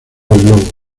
logo